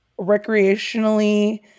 recreationally